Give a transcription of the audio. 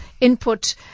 input